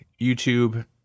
YouTube